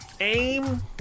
aim